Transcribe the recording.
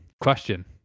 question